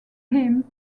him